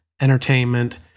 entertainment